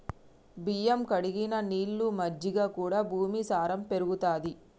బియ్యం కడిగిన నీళ్లు, మజ్జిగ కూడా భూమి సారం పెరుగుతది